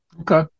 Okay